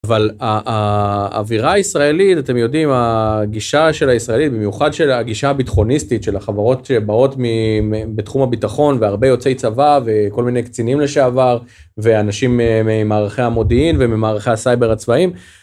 אבל האווירה הישראלית אתם יודעים הגישה של הישראלית במיוחד של הגישה הביטחוניסטית של החברות שבאות בתחום הביטחון והרבה יוצאי צבא וכל מיני קצינים לשעבר ואנשים ממערכי המודיעין וממערכי הסייבר הצבאים.